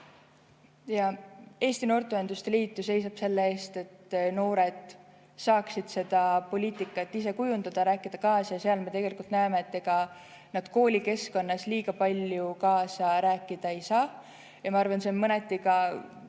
Eesti Noorteühenduste Liit seisab selle eest, et noored saaksid seda poliitikat ise kujundada, rääkida kaasa. Ja seal me tegelikult näeme, et ega nad koolikeskkonnas liiga palju kaasa rääkida ei saa. Ma arvan, et see on mõneti ka